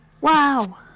Wow